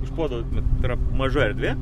iš puodo per maža erdvė